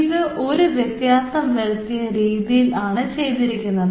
ഇത് ഒരു വ്യത്യാസം വരുത്തിയ രീതിയിൽ ആണ് ചെയ്തിരിക്കുന്നത്